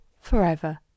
forever